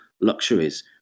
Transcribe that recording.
luxuries